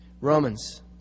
Romans